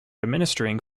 administering